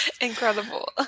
Incredible